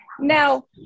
Now